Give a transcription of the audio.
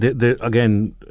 again